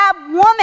woman